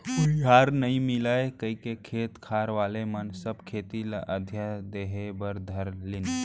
बनिहार नइ मिलय कइके खेत खार वाले मन सब खेती ल अधिया देहे बर धर लिन